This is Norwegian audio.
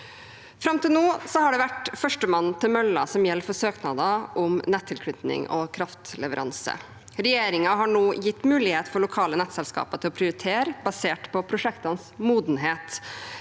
Fram til nå har det vært førstemann til mølla som gjelder for søknader om nettilknytning og kraftleveranser. Regjeringen har nå gitt lokale nettselskaper mulighet til å prioritere basert på prosjektenes modenhet.